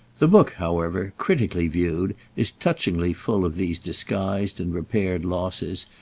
the book, however, critically viewed, is touchingly full of these disguised and repaired losses,